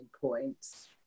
points